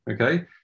Okay